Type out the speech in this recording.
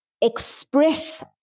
express